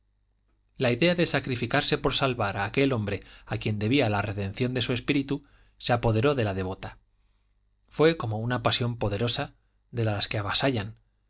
la idea de sacrificarse por salvar a aquel hombre a quien debía la redención de su espíritu se apoderó de la devota fue como una pasión poderosa de las que avasallan